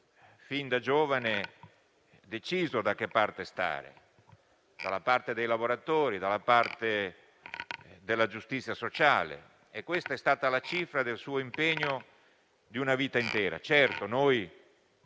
fin da giovane deciso da che parte stare: dalla parte dei lavoratori e della giustizia sociale. Questa è stata la cifra del suo impegno di una vita intera. Certo, noi